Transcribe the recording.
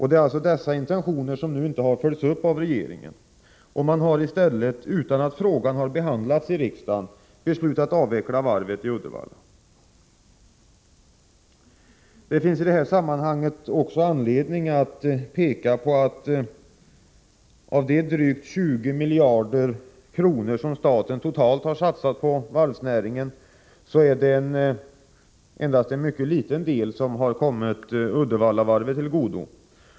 Det är alltså dessa intentioner som nu inte har följts upp av regeringen. Man har i stället, utan att frågan har behandlats i riksdagen, beslutat avveckla varvet i Uddevalla. Det finns i det här sammanhanget också anledning att peka på att det, av de drygt 20 miljarder kronor som staten totalt har satsat på varvsnäringen, endast är en mycket liten del som har kommit Uddevallavarvet till godo.